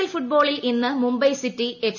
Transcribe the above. L ഫുട്ബോളിൽ ഇന്ന് Mumbai city F